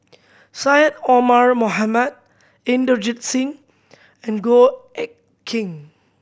Syed Omar Mohamed Inderjit Singh and Goh Eck Kheng